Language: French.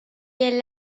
est